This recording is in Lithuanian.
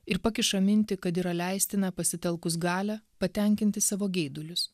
ir pakiša mintį kad yra leistina pasitelkus galią patenkinti savo geidulius